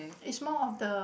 it's more of the